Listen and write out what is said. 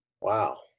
Wow